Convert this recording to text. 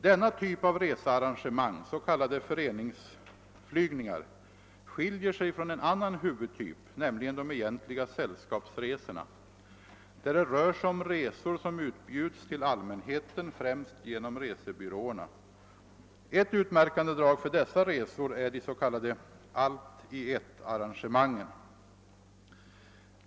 Denna typ av researrangemang — s.k. föreningsflygningar — skiljer sig från en annan huvudtyp, nämligen de egentliga sällskapsresorna där det rör sig om resor som utbjuds till allmänheten, främst genom resebyråerna. Ett utmärkande drag för dessa resor är de s.k. allt-i-ett-arrangemangen.